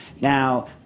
Now